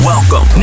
Welcome